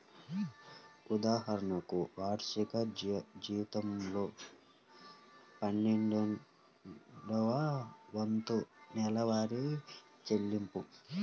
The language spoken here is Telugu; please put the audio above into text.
ఉదాహరణకు, వార్షిక జీతంలో పన్నెండవ వంతు నెలవారీ చెల్లింపులు